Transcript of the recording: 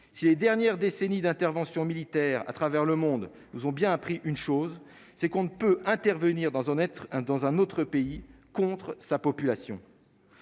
si les dernières décennies d'intervention militaire à travers le monde nous ont bien appris une chose, c'est qu'on ne peut intervenir dans un être un dans un autre pays contre sa population.